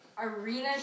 Arena